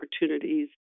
opportunities